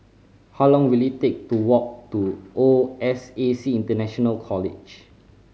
how long will it take to walk to O S A C International College